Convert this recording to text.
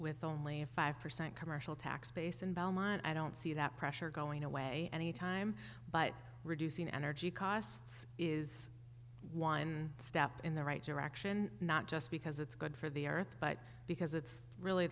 with only a five percent commercial tax base in belmont i don't see that pressure going away any time but reducing energy costs is one step in the right direction not just because it's good for the earth but because it's really